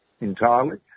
entirely